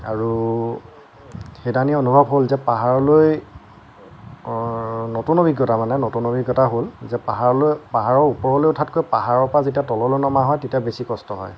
আৰু সেইদিনাখনি অনুভৱ হ'ল যে পাহাৰলৈ নতুন অভিজ্ঞতা মানে নতুন অভিজ্ঞতা হ'ল যে পাহাৰলৈ পাহাৰৰ ওপৰলৈ উঠাতকৈ পাহাৰৰ পৰা যেতিয়া তললৈ নমা হয় তেতিয়া বেছি কষ্ট হয়